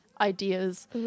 ideas